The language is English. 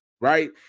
right